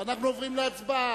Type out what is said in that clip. ואנחנו עוברים להצבעה.